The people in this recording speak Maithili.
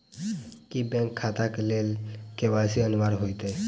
की बैंक खाता केँ लेल के.वाई.सी अनिवार्य होइ हएत?